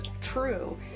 true